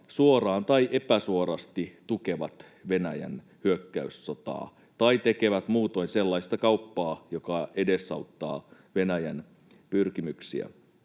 suoraan tai epäsuorasti tukevat Venäjän hyökkäyssotaa tai tekevät muutoin sellaista kauppaa, joka edesauttaa Venäjän pyrkimyksiä?